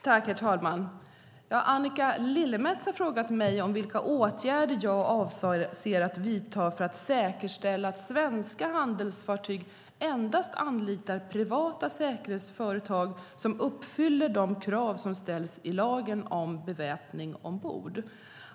Herr talman! Annika Lillemets har frågat mig vilka åtgärder jag avser att vidta för att säkerställa att svenska handelsfartyg endast anlitar privata säkerhetsföretag som uppfyller de krav som ställs i lagen om beväpning ombord.